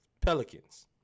Pelicans